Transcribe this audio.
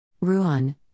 Ruan